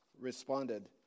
responded